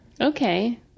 okay